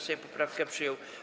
Sejm poprawkę przyjął.